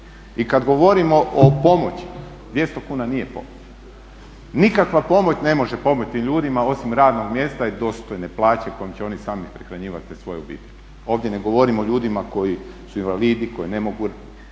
I kada govorimo o pomoći, 200 kuna nije pomoć. Nikakva pomoć ne može pomoći tim ljudima osim radnog mjesta i dostojne plaće kojom će oni sami prehranjivati te svoje obitelji. Ovdje ne govorimo o ljudima koji su invalidi koji ne mogu obavljati